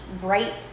bright